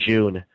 June